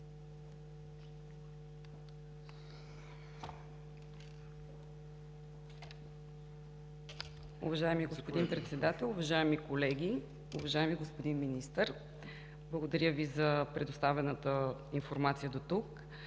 благодаря Ви за предоставената информация дотук.